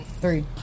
Three